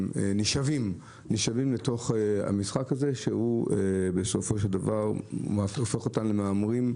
הם נשאבים לתוך המשחק הזה, שהופך אותם למהמרים,